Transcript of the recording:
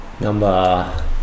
number